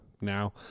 Now